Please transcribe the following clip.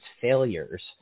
failures